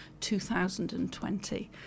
2020